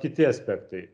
kiti aspektai